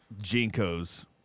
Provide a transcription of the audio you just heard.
Jinko's